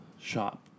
shop